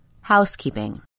housekeeping